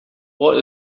what